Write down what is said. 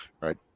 right